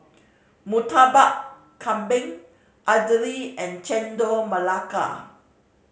Murtabak Kambing idly and Chendol Melaka